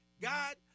God